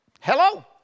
Hello